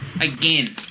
again